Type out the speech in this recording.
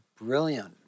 brilliant